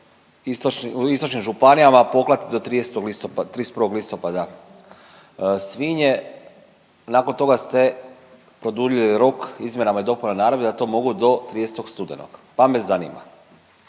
u istočnim županijama poklati do 30. listopada, 31. listopada svinje. Nakon toga ste produljili rok izmjenama i dopunama naredbe da to mogu do 30. studenog pa me zanima